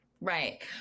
Right